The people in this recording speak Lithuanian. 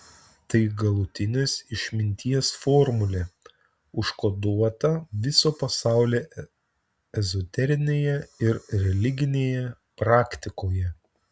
tai galutinės išminties formulė užkoduota viso pasaulio ezoterinėje ir religinėje praktikoje